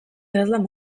idazlan